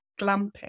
glamping